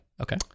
Okay